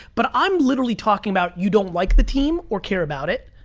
but i'm literally talking about, you don't like the team or care about it.